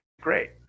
great